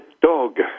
dog